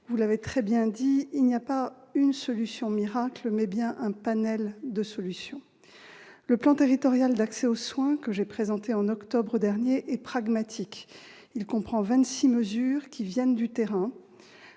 monsieur le sénateur, il n'y a pas une solution miracle, mais bien un panel de solutions. Le plan territorial d'accès aux soins, que j'ai présenté en octobre dernier, est pragmatique : il comprend 26 mesures qui viennent du terrain.